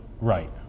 right